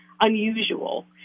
unusual